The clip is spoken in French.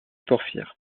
porphyre